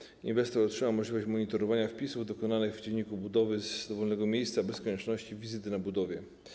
Dzięki temu inwestor otrzyma możliwość monitorowania wpisów dokonywanych w dzienniku budowy z dowolnego miejsca bez konieczności wizyty na budowie.